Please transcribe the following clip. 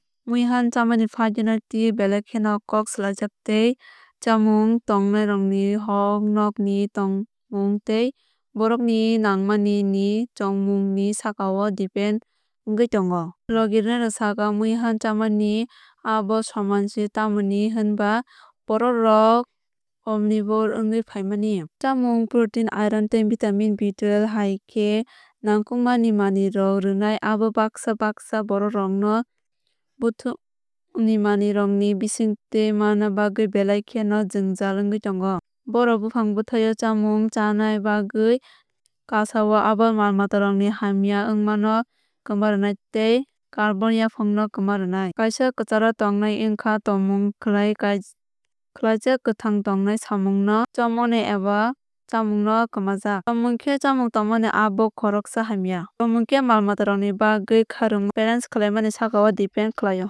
Muihan chamani faida no twiwi belai kheno kok salaijak tei chamung tangnairokni hok nokni tongmung tei borokni nangmani ni chongmung ni sakao depend wngwi tongo. Logirinairok sakha muihan chamani abo soman se tamni hwnba borokrok omnivore wngwi phaimani. Chamung protein iron tei vitamin B12 hai khe nangkukmani manwirok rwnai abo baksa baksa borokrokno bwthwngni manwirokni bisingtwi manna bagwi belai kheno jwngjal wngwi tongo. Bórok buphang bwthai o chámung chána bagwi kósa o abo mal matarokni hamya wngmano kwma rwnai tei carbon yaphangno kwma rwnai. Kaisa kwcharo tongnai wngkha tongmung khai khlaijak kwthang tongnai samung no chongmani eba chamungno kwmajak. Tongmung khe chamung tangmani abo khoroksa hamya tongmung tei mal matarokni bagwi khairokma balance khlaimani sakao depend khlaio.